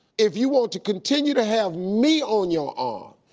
if you want to continue to have me on your ah